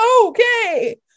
okay